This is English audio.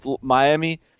Miami